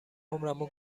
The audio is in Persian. عمرمو